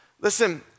Listen